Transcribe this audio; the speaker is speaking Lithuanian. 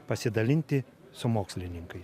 pasidalinti su mokslininkais